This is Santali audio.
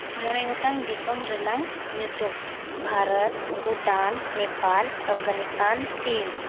ᱢᱚᱬᱮ ᱜᱚᱴᱟᱝ ᱫᱤᱥᱚᱢ ᱨᱮᱱᱟᱜ ᱧᱩᱛᱩᱢ ᱵᱷᱟᱨᱚᱛ ᱵᱷᱩᱴᱟᱱ ᱱᱮᱯᱟᱞ ᱟᱯᱷᱜᱟᱱᱤᱥᱛᱷᱟᱱ ᱪᱤᱱ